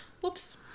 Whoops